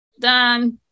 done